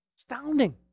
Astounding